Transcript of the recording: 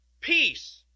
peace